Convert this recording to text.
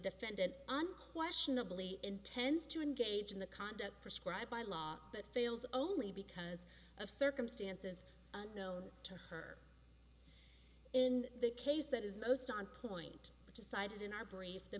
defendant unquestionably intends to engage in the conduct prescribed by law but fails only because of circumstances known to her in the case that is most on point which is cited in our brief the